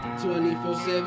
24-7